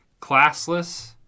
classless